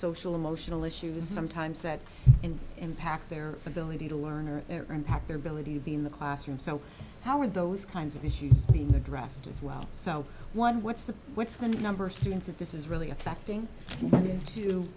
social emotional issues sometimes that in impact their ability to learn or impact their ability to be in the classroom so how are those kinds of issues being addressed as well so one what's the what's the number of students if this is really affecting